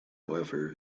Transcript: however